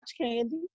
candy